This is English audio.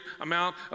amount